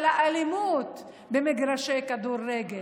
על האלימות במגרשי כדורגל?